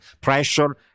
pressure